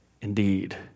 indeed